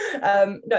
No